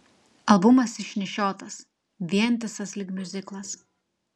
albumas išnešiotas vientisas lyg miuziklas